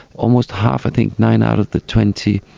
almost half, i think nine out of the twenty,